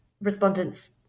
respondents